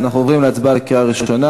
אנחנו עוברים להצבעה בקריאה ראשונה.